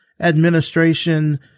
administration